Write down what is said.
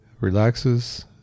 relaxes